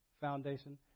foundation